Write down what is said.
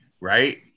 right